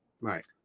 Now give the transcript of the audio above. Right